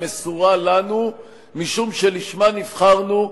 מסורה לנו משום שלשמה נבחרנו,